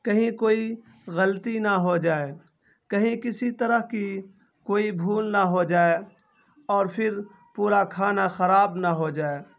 کہیں کوئی غلطی نہ ہو جائے کہیں کسی طرح کی کوئی بھول نہ ہو جائے اور پھر پورا کھانا خراب نہ ہو جائے